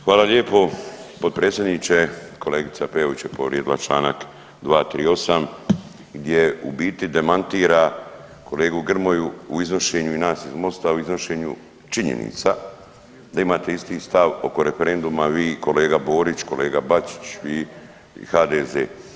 Hvala lijepo potpredsjedniče, kolegica Peović je povrijedila čl. 238 gdje u biti demantira kolegu Grmoju u iznošenju nas iz Mosta, u iznošenju činjenica da imate isti stav oko referenduma, vi, kolega Borić, kolega Bačić i HDZ.